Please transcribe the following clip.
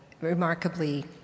remarkably